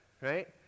right